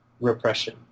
repression